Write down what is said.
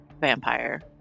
vampire